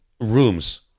rooms